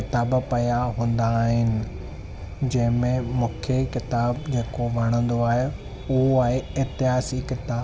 किताब पिया हूंदा आहिनि जंहिं में मूंखे किताबु जेको वणंदो आहे उहो आहे इतिहास जी किताबु